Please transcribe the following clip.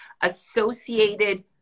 associated